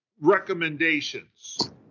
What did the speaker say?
recommendations